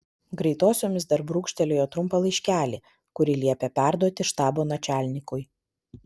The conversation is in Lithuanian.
greitosiomis dar brūkštelėjo trumpą laiškelį kurį liepė perduoti štabo načialnikui